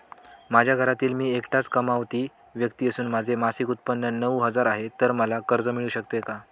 माझ्या घरातील मी एकटाच कमावती व्यक्ती असून माझे मासिक उत्त्पन्न नऊ हजार आहे, तर मला कर्ज मिळू शकते का?